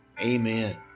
Amen